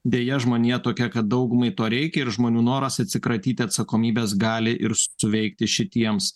deja žmonija tokia kad daugumai to reikia ir žmonių noras atsikratyti atsakomybės gali ir suveikti šitiems